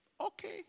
okay